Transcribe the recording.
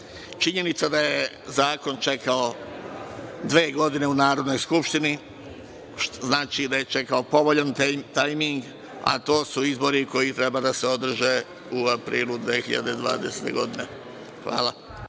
motivi. Činjenica da je zakon čekao dve godine u Narodnoj skupštini, znači da je čekao povoljan tajminig, a to su izbori koji treba da se održe u aprilu 2020. godine. Hvala.